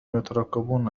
يترقبون